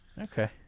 Okay